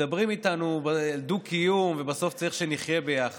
מדברים איתנו על דו-קיום ועל זה שבסוף אנחנו צריכים לחיות ביחד.